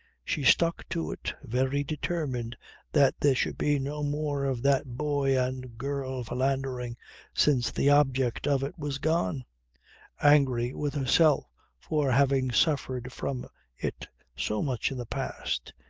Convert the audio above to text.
she stuck to it, very determined that there should be no more of that boy and girl philandering since the object of it was gone angry with herself for having suffered from it so much in the past,